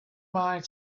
mind